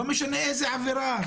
לא משנה איזו עבירה,